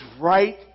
right